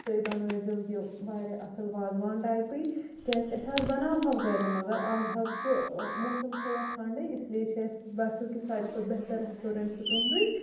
تُہۍ بَنٲوزیٚو یہِ واریاہ اصل وازوان ٹایپے کیاز أسۍ حظ بَناوہَو گَرِ مگر آز حظ چھُ موسَم تھوڑا ٹھَنڈے اِسلیے چھِ اَسہِ باسیٚو کہِ ساروی کھۄتہ بہتر ریٚسٹورَنٹ چھُ تُہندُے